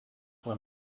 were